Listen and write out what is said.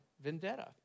vendetta